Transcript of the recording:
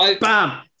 Bam